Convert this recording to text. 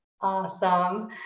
Awesome